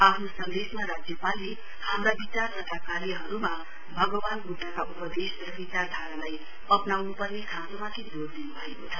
आफ्नो सन्देशमा राज्यपालले हाम्रा विचार तथा कार्यहरूमा भगवान् ब्द्धका उपदेश र विचारधारालाई अप्नाउन् पर्ने खाँचोमथि जोड दिन् भएको छ